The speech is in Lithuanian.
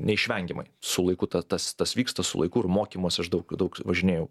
neišvengiamai su laiku tas tas vyksta su laiku ir mokymusi aš daug daug važinėjau